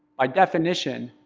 by definition,